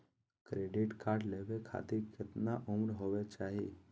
Credit card लेवे खातीर कतना उम्र होवे चाही?